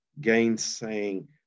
gainsaying